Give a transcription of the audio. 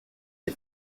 les